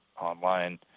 online